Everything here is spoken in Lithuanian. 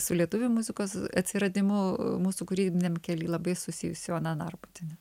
su lietuvių muzikos atsiradimu mūsų kūrybiniam kely labai susijusi ona narbutienė